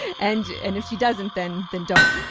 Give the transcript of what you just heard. and and if she doesn't then then don't.